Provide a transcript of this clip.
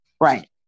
right